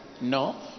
No